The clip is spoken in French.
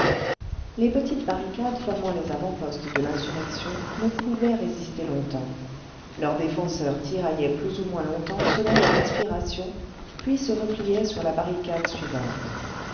les petites barricades formant les avant-postes de l'insurrection ne pouvaient résister longtemps leurs défenseurs tiraillaient plus ou moins longtemps selon leur inspiration puis se repliaient sur la barricade suivante